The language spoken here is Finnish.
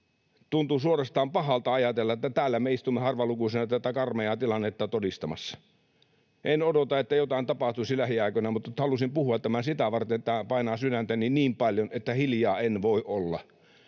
tuntuu suorastaan pahalta ajatella, että täällä me istumme harvalukuisina tätä karmeaa tilannetta todistamassa. En odota, että jotain tapahtuisi lähiaikoina, mutta halusin puhua tämän sitä varten, että tämä painaa sydäntäni niin paljon, että hiljaa en voi olla.